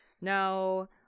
Now